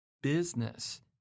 business